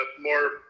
more